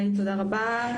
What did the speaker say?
תודה רבה.